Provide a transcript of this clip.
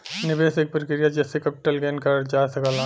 निवेश एक प्रक्रिया जेसे कैपिटल गेन करल जा सकला